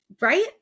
right